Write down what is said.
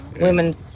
women